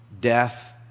death